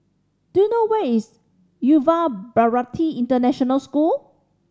do you know where is Yuva Bharati International School